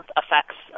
affects